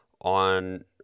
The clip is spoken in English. on